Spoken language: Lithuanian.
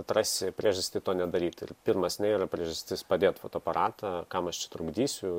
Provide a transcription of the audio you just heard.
atrasi priežastį to nedaryti ir pirmas ne yra priežastis padėt fotoaparatą kam aš čia trukdysiu